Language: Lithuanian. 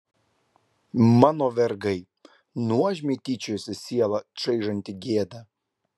mano vergai nuožmiai tyčiojasi sielą čaižanti gėda